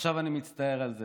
ועכשיו אני מצטער על זה,